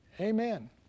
Amen